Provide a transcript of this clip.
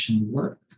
work